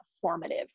formative